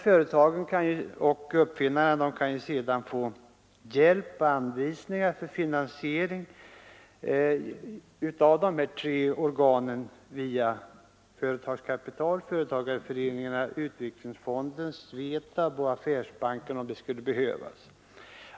Företagen och uppfinnarna kan ju sedan få hjälp och anvisningar för finansiering av de här tre organen via Företagskapital, företagarföreningarna, utvecklingsfonden, SVETAB och affärsbankerna om det skulle behövas.